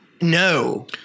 no